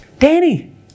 Danny